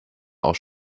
auch